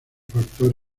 factor